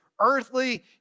earthly